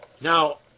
Now